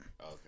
Okay